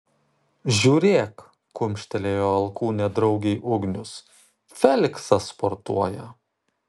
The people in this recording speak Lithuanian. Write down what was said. žiūrėk kumštelėjo alkūne draugei ugnius feliksas sportuoja